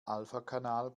alphakanal